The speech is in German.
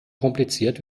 kompliziert